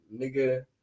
nigga